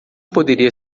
poderia